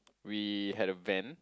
we have a van